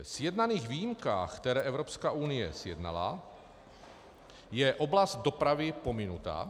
Ve sjednaných výjimkách, které Evropská unie sjednala, je oblast dopravy pominuta